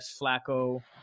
Flacco